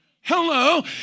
Hello